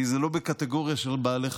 כי זה לא בקטגוריה של חיות,